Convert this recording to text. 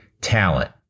talent